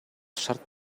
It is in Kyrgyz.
шарт